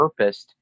repurposed